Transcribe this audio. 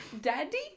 Daddy